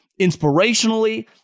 inspirationally